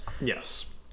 yes